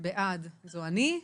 בעד, זו אני.